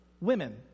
women